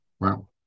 wow